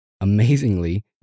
Amazingly